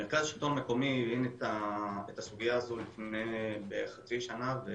מרכז השלטון המקומי הרים את הסוגיה הזאת לפני כחצי שנה.